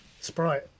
Sprite